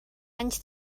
anys